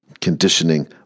conditioning